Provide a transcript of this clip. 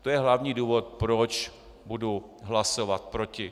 To je hlavní důvod, proč budu hlasovat proti.